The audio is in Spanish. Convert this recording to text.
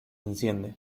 enciende